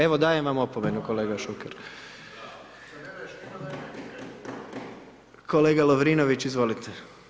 Evo, dajem vam opomenu kolega Šuker. ... [[Upadica: ne čuje se.]] Kolega Lovrinović izvolite.